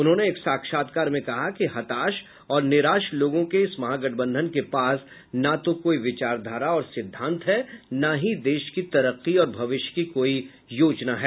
उन्होंने एक साक्षात्कार में कहा कि हताश और निराश लोगों के इस महागठबंधन के पास न तो कोई विचारधारा और सिद्धांत है न ही देश की तरक्की और भविष्य की कोई योजना है